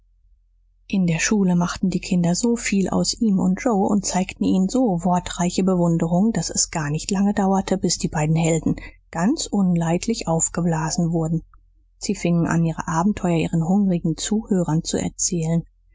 in der schule machten die kinder so viel aus ihm und joe und zeigten ihnen so wortreiche bewunderung daß es gar nicht lange dauerte bis die beiden helden ganz unleidlich aufgeblasen wurden sie fingen an ihre abenteuer ihren hungrigen zuhörern zu erzählen